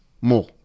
more